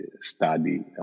study